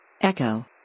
Echo